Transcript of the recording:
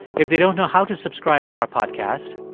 if they don't know how to subscribe to our podcast,